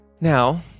Now